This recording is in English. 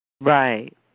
Right